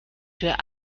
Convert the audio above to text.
für